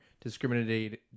discriminated